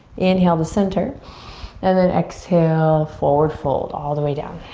inhale to center and then exhale forward fold, all the way down.